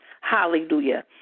Hallelujah